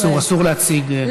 אסור, אסור להציג, גברתי.